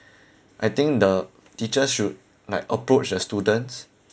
I think the teachers should like approach the students